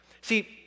See